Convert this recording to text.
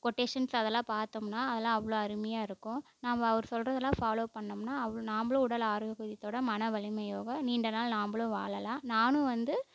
quotations அதெல்லாம் பார்த்தோம்னா அதெல்லாம் அவ்வளோ அருமையாக இருக்கும் நாம்ம அவர் சொல்றதெல்லாம் ஃபாலோ பண்ணோம்னா அவர் நாம்மளும் உடல் ஆரோக்கியத்தோடு மன வலிமையோடு நீண்ட நாள் நாம்மளும் வாழலாம் நானும் வந்து